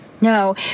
No